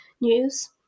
news